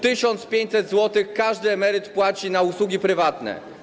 1500 zł każdy emeryt płaci na usługi prywatne.